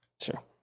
Sure